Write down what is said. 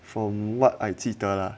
from what I 记得啦